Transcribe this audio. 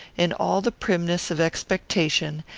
in all the primness of expectation,